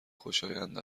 خوشایند